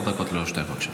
עשר דקות לרשותך, בבקשה.